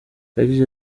yagize